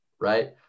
right